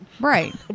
right